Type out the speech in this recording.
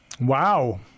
Wow